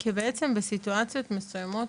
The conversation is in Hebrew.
כי בעצם בסיטואציות מסוימות,